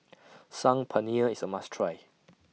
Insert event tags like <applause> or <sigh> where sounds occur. <noise> Saag Paneer IS A must Try <noise>